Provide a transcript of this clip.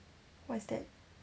what is that